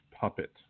puppet